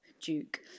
duke